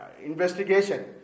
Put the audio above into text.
investigation